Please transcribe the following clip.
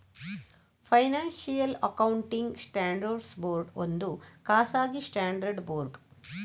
financial accounting standards board ಒಂದು ಖಾಸಗಿ standard board